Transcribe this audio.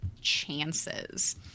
chances